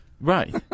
Right